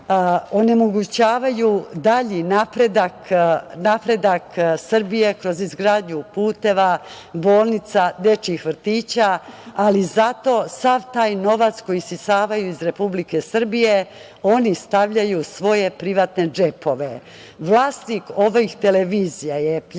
onemogućavaju dalji napredak Srbije kroz izgradnju puteva, bolnica, dečijih vrtića, ali zato sav taj novac koji isisavaju iz Republike Srbije oni stavljaju u svoje privatne džepove. Vlasnik ovih televizija je pljačkaš